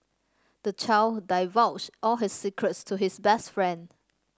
the child divulged all his secrets to his best friend